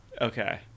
Okay